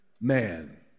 man